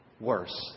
worse